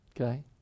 Okay